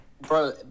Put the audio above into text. bro